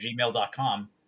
gmail.com